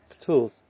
tools